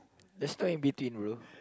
there's no in between bro